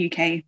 UK